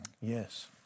Yes